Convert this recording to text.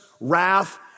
wrath